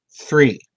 three